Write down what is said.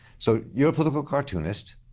so you're a political cartoonist.